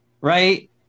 right